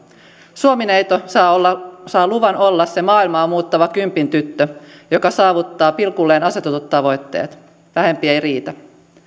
suomi neito saa luvan olla se maailmaa muuttava kympin tyttö joka saavuttaa pilkulleen asetetut tavoitteet vähempi ei riitä